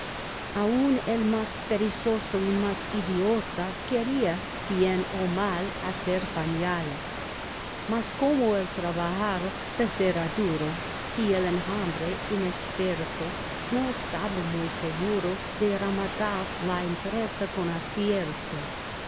aun el más perezoso y más idiota quería bien o mal hacer panales mas como el trabajar les era duro y el enjambre inexperto no estaba muy seguro de rematar la empresa con acierto